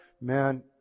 Man